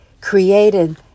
created